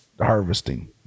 harvesting